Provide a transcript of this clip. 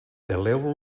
peleu